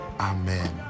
amen